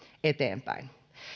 eteenpäin